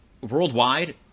worldwide